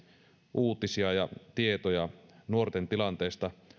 uutisia ja tietoja nuorten tilanteesta